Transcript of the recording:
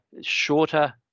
shorter